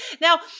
Now